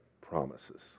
promises